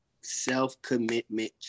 self-commitment